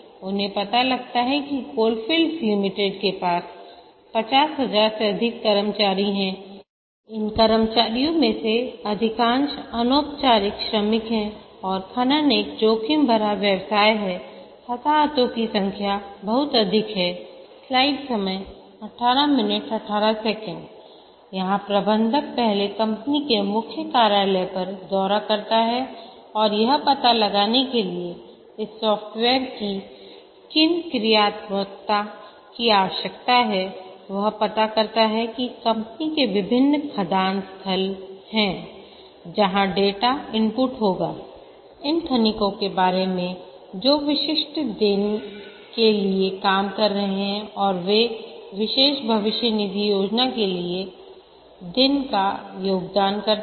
उन्हें पता लगता है कि कोलफील्ड्स लिमिटेड के पास 50000 से अधिक कर्मचारी हैंइन कर्मचारियों में से अधिकांश अनौपचारिक श्रमिक है और खनन एक जोखिम भरा व्यवसाय है हताहतों की संख्या बहुत अधिक है यहां प्रबंधक पहले कंपनी के मुख्य कार्यालय का दौरा करता है यह पता लगाने के लिए की इस सॉफ्टवेयर की किन क्रियात्मकता की आवश्यकता है वह पाता करता है कि कंपनी के विभिन्न खदान स्थल हैं जहां डेटा इनपुट होगा उस खनिको के बारे में जो विशिष्ट दिन के लिए काम कर रहे हैं और वे विशेष भविष्य निधि योजना के लिए दिन का योगदान करते हैं